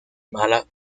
mala